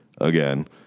again